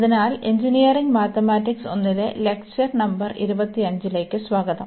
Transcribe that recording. അതിനാൽ engineering mathematics 1 ലെ lecture number 25ലേക്ക് സ്വാഗതം